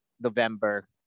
November